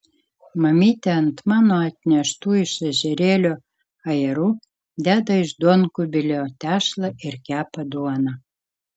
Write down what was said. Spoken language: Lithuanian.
mamytė ant mano atneštų iš ežerėlio ajerų deda iš duonkubilio tešlą ir kepa duoną